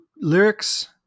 lyrics